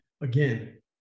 again